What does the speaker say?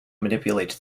manipulate